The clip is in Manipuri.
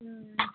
ꯎꯝ